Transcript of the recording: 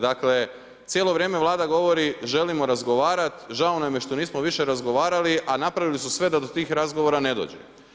Dakle, cijelo vrijeme Vlada govori, želim razgovarati, žao nam je što nismo više razgovarali, a napravili su sve da do tih razgovora ne dođe.